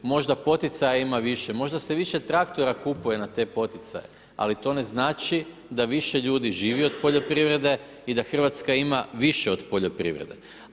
Možda poticaja ima više, možda se više traktora kupuje na te poticaje ali to ne znači da više ljudi živi od poljoprivrede i da Hrvatska ima više od poljoprivrede.